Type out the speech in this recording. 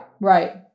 Right